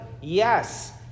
Yes